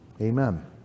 Amen